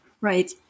right